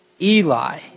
Eli